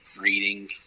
reading